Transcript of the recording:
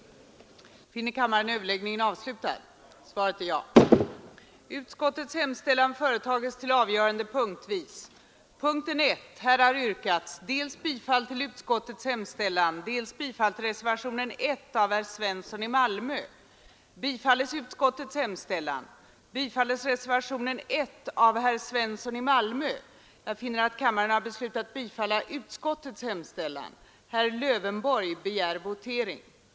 att riksdagen hos regeringen skulle anhålla om att åtgärder vidtogs för att starta gruvbrytning i Kaunisvaara och att LKAB fick i uppdrag att vidta skyndsamma åtgärder härför, samt